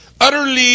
utterly